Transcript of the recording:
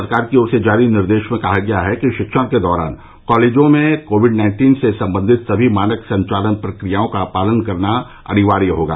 सरकार की ओर से जारी निर्देश में कहा गया है कि शिक्षण के दौरान कॉलेजों में कोविड नाइन्टीन से सम्बंधित सभी मानक संचालन प्रक्रियाओं का पालन करना अनिवार्य होगा